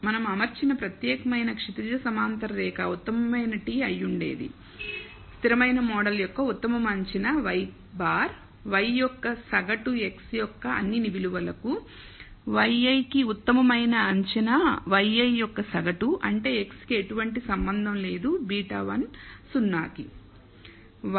మనం అమర్చిన ప్రత్యేకమైన క్షితిజ సమాంతర రేఖ ఉత్తమమైన t అయ్యుండేది స్థిరమైన మోడల్ యొక్క ఉత్తమ అంచనా y̅ y యొక్క సగటు x యొక్క అన్ని విలువలకు yi కి ఉత్తమమైన అంచనా yi యొక్క సగటు అంటే x కి ఎటువంటి సంబంధం లేదు β1 0 కి